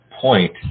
point